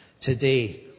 today